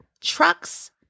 trucks